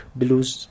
blues